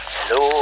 Hello